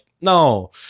no